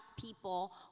people